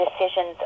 decisions